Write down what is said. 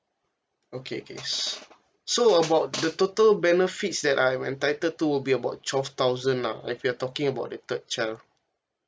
okay okay s~ so about the total benefits that I'm entitled to will be about twelve thousand lah if we're talking about the third child